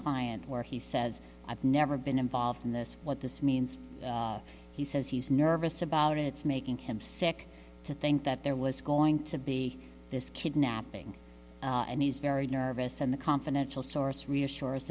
client where he says i've never been involved in this what this means he says he's nervous about it it's making him sick to think that there was going to be this kidnapping and he's very nervous and the confidential source reassures